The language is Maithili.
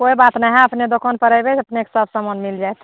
कोइ बात नहि है अपने दोकान पर ऐबे अपनेके सब समान मिल जाएत